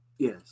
Yes